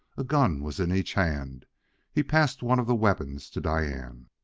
a gun was in each hand he passed one of the weapons to diane.